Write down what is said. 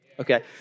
okay